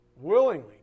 willingly